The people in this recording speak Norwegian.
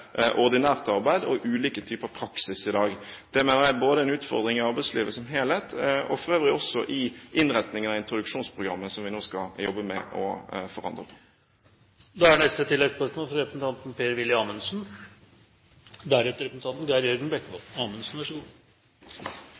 ordinært arbeid og ulike typer praksis i dag. Det mener jeg både er en utfordring i arbeidslivet som helhet og for øvrig i innretningen av introduksjonsprogrammet, som vi nå skal jobbe med og